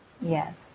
Yes